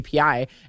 API